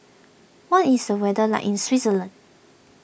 what is the weather like in Switzerland